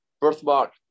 birthmark